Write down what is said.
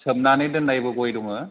सोमनानै दोन्नायबो गय दङ